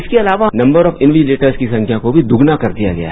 इसके अलावा number of invigilator की संख्या को भी दोगुना कर दिया गया है